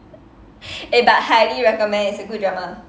eh but highly recommend it's a good drama